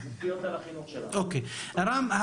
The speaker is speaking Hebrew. רם,